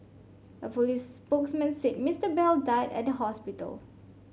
a police spokesman said Mister Bell died at the hospital